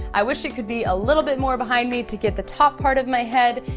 i wish it could be a little bit more behind me to get the top part of my head,